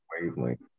wavelength